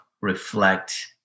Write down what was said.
reflect